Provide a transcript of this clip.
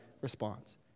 response